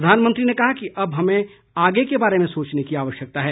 प्रधानमंत्री ने कहा कि अब हमें आगे के बारे में सोचने की आवश्यकता है